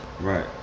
Right